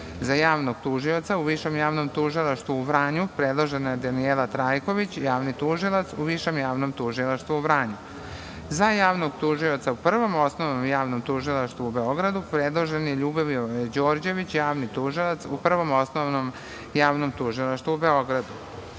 za javnog tužioca u Višem javnom tužilaštvu u Vranju predložena je Danijela Trajković, javni tužilac u Višem javnom tužilaštvu u Vranju. Za javnog tužioca u Prvom osnovnom javnom tužilaštvu predložen je Ljubivoje Đorđević, javni tužilac u Prvom osnovnom javnom tužilaštvu u Beogradu.